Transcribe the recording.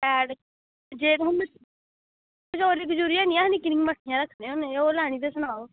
एह् ते जे तुसें मिट्ठी कचौरियां ऐ नी अस निक्की निक्कियां मट्ठियां रक्खने आं ओह् लैनी ते सनाओ